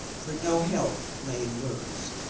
for no help lay in words.